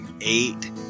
eight